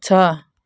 छ